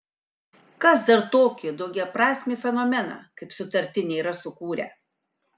kas dar tokį daugiaprasmį fenomeną kaip sutartinė yra sukūrę